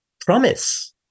promise